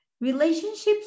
Relationships